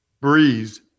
Breeze